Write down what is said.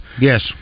Yes